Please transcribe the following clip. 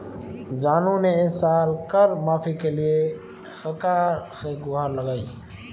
जानू ने इस साल कर माफी के लिए सरकार से गुहार लगाई